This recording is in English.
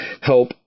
help